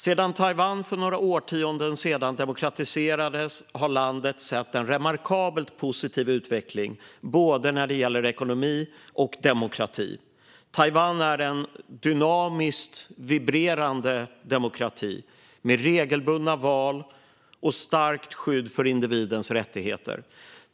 Sedan Taiwan för några årtionden sedan demokratiserades har landet sett en remarkabelt positiv utveckling när det gäller både ekonomi och demokrati. Taiwan är en dynamiskt vibrerande demokrati med regelbundna val och starkt skydd för individens rättigheter.